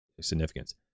significance